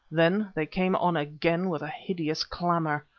then they came on again with a hideous clamour.